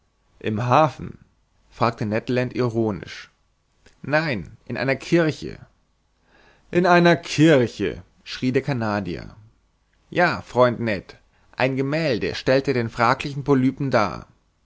im hafen fragte ned land ironisch nein in einer kirche erwiderte conseil in einer kirche schrie der canadier ja freund ned ein gemälde stellte den fraglichen polypen dar